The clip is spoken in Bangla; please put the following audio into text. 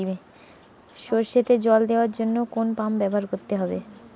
সরষেতে জল দেওয়ার জন্য কোন পাম্প ব্যবহার করতে হবে?